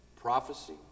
prophecy